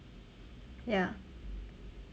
ya